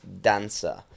dancer